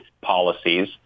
policies